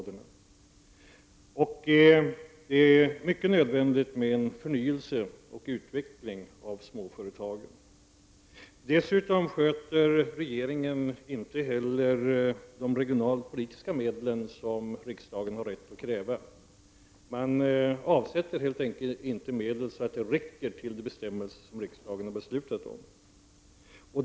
Det är nödvändigt med en förnyelse och utveckling av småföretagen. Dessutom sköter inte heller regeringen de regionalpolitiska medlen på det sätt som riksdagen har rätt att kräva. Man avsätter helt enkelt inte medel så att det räcker till de bestämmelser som riksdagen har beslutat om.